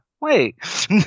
Wait